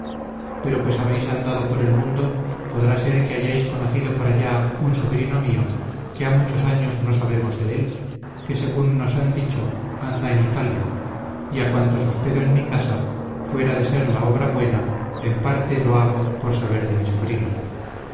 pero pues habéis andado por el mundo podrá ser que hayáis conocido por allá un sobrino mío que ha muchos años no sabemos de él que según nos han dicho anda en italia y a cuantos hospedo en mi casa fuera de ser la obra buena en parte lo hago por saber de mi sobrino